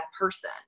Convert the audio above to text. person